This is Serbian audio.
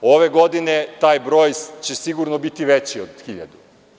Ove godine taj broj će sigurno biti veći od 1.000.